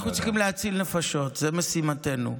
אנחנו צריכים להציל נפשות, זאת משימתנו.